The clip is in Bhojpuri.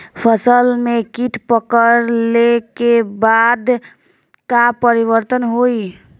फसल में कीट पकड़ ले के बाद का परिवर्तन होई?